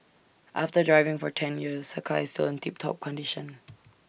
after driving for ten years her car is still in tip top condition